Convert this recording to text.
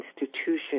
institution